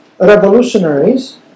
revolutionaries